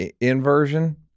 inversion